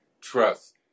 trust